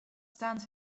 stand